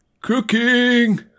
cooking